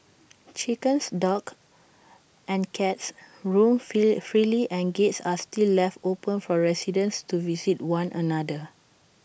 chickens dogs and cats roam freely and gates are still left open for residents to visit one another